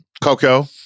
Coco